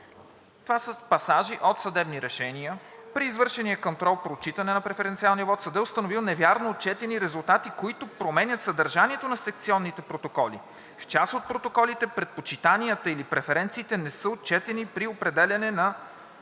Това са пасажи от съдебни решения. При извършения контрол при отчитане на преференциалния вот съдът е установил невярно отчетени резултати, които променят съдържанието на секционните протоколи. В част от протоколите предпочитанията или преференциите не са отчетени при определяне на